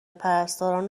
پرستاران